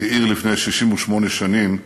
שהאיר לפני 68 שנים,